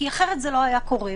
כי אחרת זה לא היה קורה.